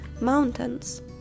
mountains